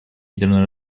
ядерное